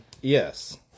Yes